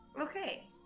Okay